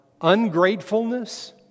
Ungratefulness